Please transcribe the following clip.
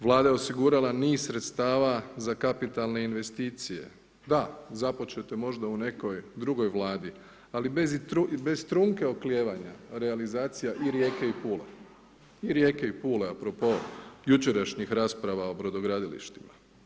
Vlada je osigurala niz sredstava za kapitalne investicije, da, započete možda u nekoj drugoj Vladi, ali bez trunke oklijevanja realizacija i Rijeke i Pule, i Rijeke i Pule a propos jučerašnji rasprava o brodogradilištima.